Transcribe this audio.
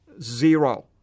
Zero